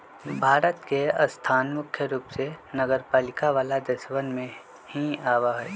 भारत के स्थान मुख्य रूप से नगरपालिका वाला देशवन में ही आवा हई